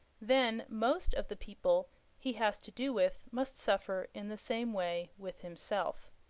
then most of the people he has to do with must suffer in the same way with himself.